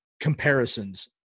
comparisons